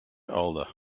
older